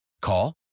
Call